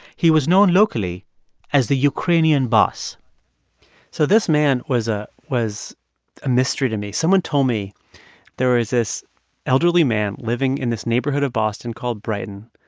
he was known locally as the ukrainian boss so this man was ah was a mystery to me. someone told me there was this elderly man living in this neighborhood of boston called brighton,